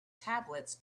tablets